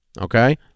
okay